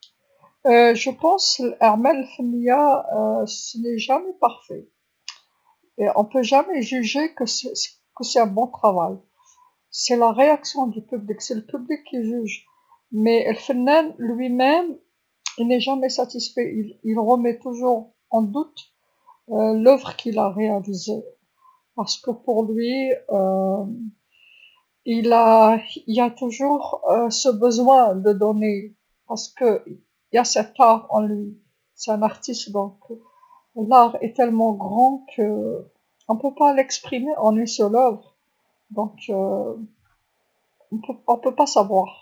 نظن الأعمال الفنيه مكانتش أبدا مليحه، منقدروش أبدا نحكمو بلي هذا عمل مليح، هي ردة فعل الجمهور، الجمهور ليحكم، بصح الفنان حتى هو أبدا ميكونش عاجبه، يكون دايما في شك العرض لداره، على خاطرش بالنسبه ليه كاين، كاين دايما الحاجه باش يمد، على خاطرش كاين هذا الفن، هو فنان إذا، الفن بكثرية لكبير منقدروش نعبروه إذا منقدروش نعرفو.